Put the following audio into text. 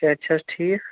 صحت چھا حظ ٹھیٖک